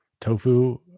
tofu